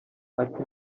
ati